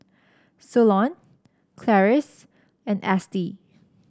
Solon Clarice and Estie